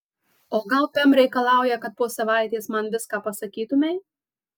o gal pem reikalauja kad po savaitės man viską pasakytumei